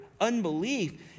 unbelief